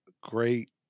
great